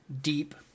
deep